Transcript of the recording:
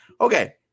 okay